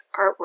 artwork